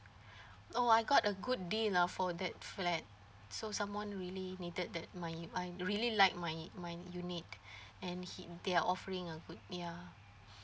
oh I got a good deal lah for that flat so someone really needed that my I really like my my unit and he they're offering a good ya